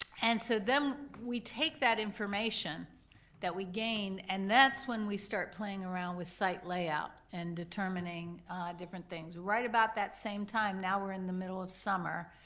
and so, then we take that information that we gain, and that's when we start playing around with site layout and determining different things. right about that same time, now we're in the middle of summer,